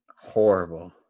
Horrible